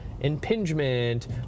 impingement